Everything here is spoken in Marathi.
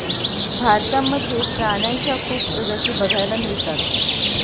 भारतामध्ये प्राण्यांच्या खूप प्रजाती बघायला मिळतात